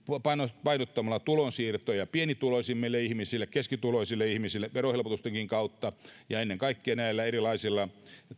painottamalla tulonsiirtoja pienituloisimmille ihmisille keskituloisille ihmisille verohelpotustenkin kautta ja ennen kaikkea näillä erilaisilla